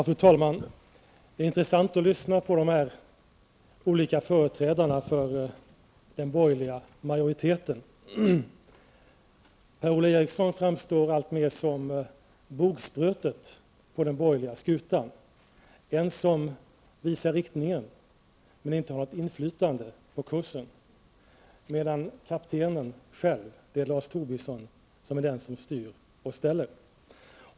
Fru talman! Det är intressant att lyssna på de olika företrädarna för den borgerliga majoriteten. Per-Ola Eriksson framstår alltmer som bogsprötet på den borgerliga skutan, som visar riktningen men inte har något inflytande på kursen, medan kaptenen själv, Lars Tobisson, styr och ställer.